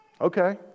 Okay